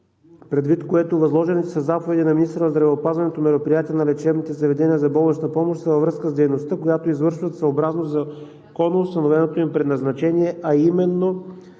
предвид което възложените със заповеди на министъра на здравеопазването мероприятия на лечебните заведения за болнична помощ са във връзка с дейността, която извършват, съобразно законоустановеното им предназначение, а именно